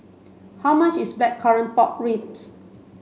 how much is blackcurrant pork ribs